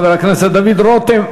חבר הכנסת דוד רותם.